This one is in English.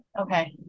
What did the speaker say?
Okay